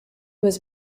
was